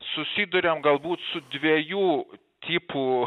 susiduriam galbūt su dviejų tipų